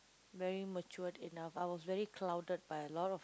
very matured enough I was very clouded by a lot of